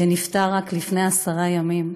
שנפטר רק לפני עשרה ימים,